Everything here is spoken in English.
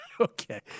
Okay